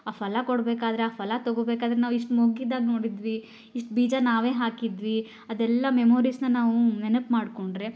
ಆ ಫಲ ಕೊಡಬೇಕಾದ್ರೆ ಆ ಫಲ ತಗೊಳ್ಬೇಕಾದ್ರೆ ನಾವು ಇಷ್ಟು ಮೊಗ್ಗಿದ್ದಾಗ ನೋಡಿದ್ವಿ ಇಷ್ಟು ಬೀಜ ನಾವೇ ಹಾಕಿದ್ವಿ ಅದೆಲ್ಲ ಮೆಮೊರೀಸ್ನ ನಾವು ನೆನಪು ಮಾಡಿಕೊಂಡ್ರೆ